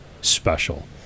special